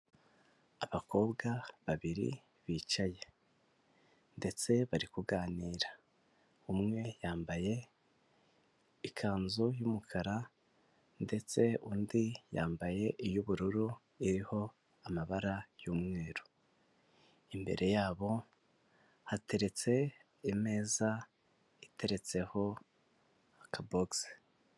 Abakobwa babiri bicaye ndetse bari kuganira, umwe yambaye ikanzu y'umukara ndetse undi yambaye iy'ubururu, iriho amabara y'umweru, imbere yabo hateretse imeza iteretseho akabogisi.